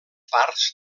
parts